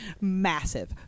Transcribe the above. massive